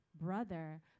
brother